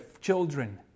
children